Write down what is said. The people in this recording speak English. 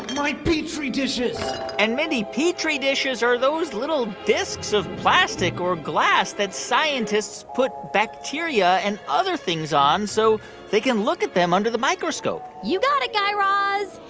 no. my petri dishes and, mindy, petri dishes are those little disks of plastic or glass that scientists put bacteria and other things on so they can look at them under the microscope you got it, guy raz.